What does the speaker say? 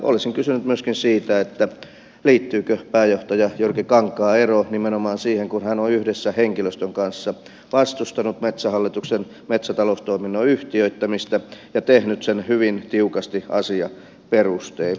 olisin kysynyt myöskin siitä liittyykö pääjohtaja jyrki kankaan ero nimenomaan siihen kun hän on yhdessä henkilöstön kanssa vastustanut metsähallituksen metsätaloustoiminnon yhtiöittämistä ja tehnyt sen hyvin tiukasti asiaperustein